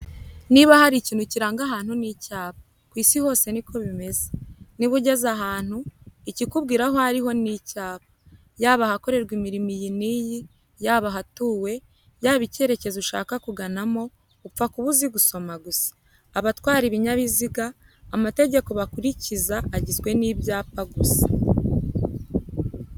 Niba hari ikintu kiranga ahantu ni icyapa. Ku Isi hose ni ko bimeze. Niba ugeze ahantu, ikikubwira aho ari ho ni icyapa. Yaba ahokorerwa imirimo iyi n'iyi, yaba ahatuwe, yaba icyerekezo ushaka kuganamo, upfa kuba uzi gusoma gusa. Abatwara ibinyabiziga, amategeko bakurikiza agizwe n'ibyapa gusa.